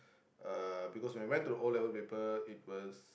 uh because when we went to the O-level paper it was